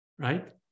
right